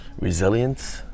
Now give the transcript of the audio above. resilience